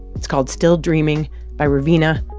it's called still dreaming by raveena.